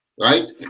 right